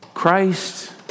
Christ